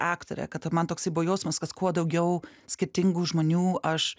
aktore kad man toksai buvo jausmas kad kuo daugiau skirtingų žmonių aš